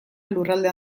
lurralde